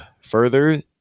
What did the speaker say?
Further